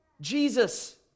Jesus